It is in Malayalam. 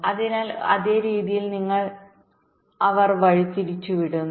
അതിനാൽ അതേ രീതിയിൽ അവർ വഴിതിരിച്ചുവിടുന്നു